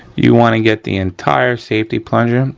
you wanna get the entire safety plunger.